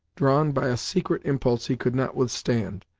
drawn by a secret impulse he could not withstand,